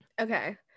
Okay